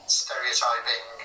stereotyping